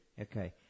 Okay